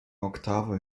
oktave